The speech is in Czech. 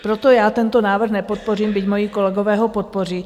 Proto já tento návrh nepodpořím, byť moji kolegové ho podpoří.